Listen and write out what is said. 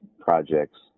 projects